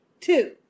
Two